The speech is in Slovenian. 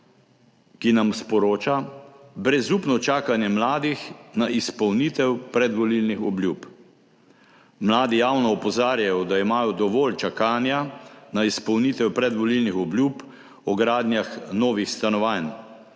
ki nam sporoča: brezupno čakanje mladih na izpolnitev predvolilnih obljub. Mladi javno opozarjajo, da imajo dovolj čakanja na izpolnitev predvolilnih obljub o gradnjah novih stanovanj.